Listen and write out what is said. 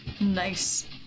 nice